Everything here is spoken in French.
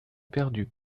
perdu